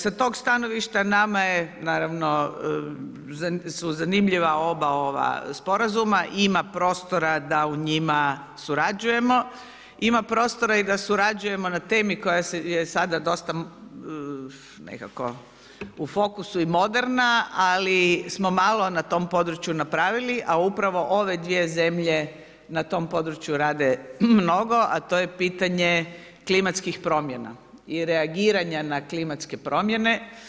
Sa tog stanovništva, nama je, naravno, su zanimljiva oba ova sporazuma, ima prostora, da u njima surađujemo, ima prostora da surađujemo na temi, koja je sada dosta, nekako u fokusu i moderna, ali smo malo na tom području napravili, a upravo ove 2 zemlje na tom području rade mnogo, a to je pitanje klimatskih promjena i reagiranja na klimatske promijene.